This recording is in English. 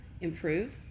improve